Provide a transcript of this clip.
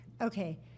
Okay